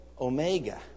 Omega